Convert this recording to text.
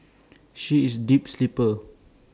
she is A deep sleeper